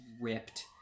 ripped